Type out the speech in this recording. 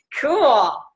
cool